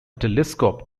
telescope